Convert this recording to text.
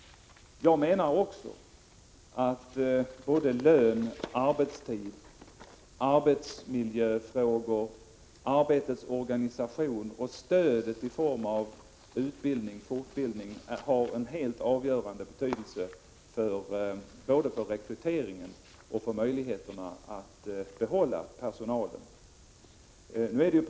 Jag menar också att både lön, arbetstid, arbetsmiljöfrågor, arbetets organisation och stödet i form av utbildning och fortbildning har en helt avgörande betydelse både för rekryteringen och för möjligheterna att behålla personalen.